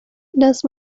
las